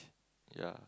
yea